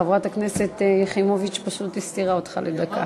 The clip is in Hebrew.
חברת הכנסת יחימוביץ פשוט הסתירה אותך לדקה.